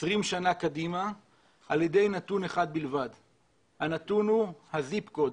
20 שנים קדימה על ידי נתון אחד הזיפ קוד,